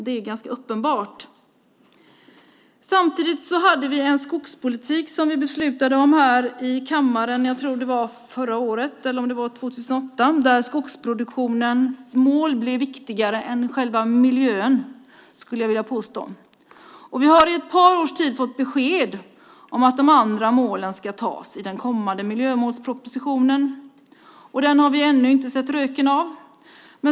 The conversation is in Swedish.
Det är ganska uppenbart. Samtidigt beslutade vi i kammaren, förra året eller 2008, att skogsproduktionens mål skulle vara viktigare än själva miljön. Vi har i ett par års tid fått besked om att de andra målen ska antas i den kommande miljömålspropositionen. Den har vi ännu inte sett röken av.